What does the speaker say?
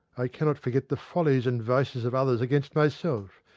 i cannot forget the follies and vices of others against myself.